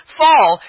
fall